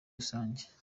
rusange